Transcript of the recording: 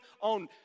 on